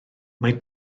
mae